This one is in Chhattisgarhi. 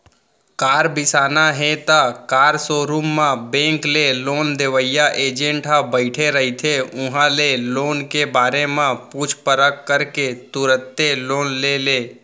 कार बिसाना हे त कार सोरूम म बेंक ले लोन देवइया एजेंट ह बइठे रहिथे उहां ले लोन के बारे म पूछ परख करके तुरते लोन ले ले